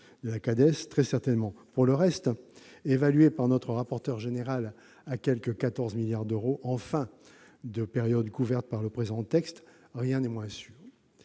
ou CADES, très certainement. Pour le reste, évalué par notre rapporteur général à quelque 14 milliards d'euros en fin de période couverte par le présent texte, rien n'est moins sûr.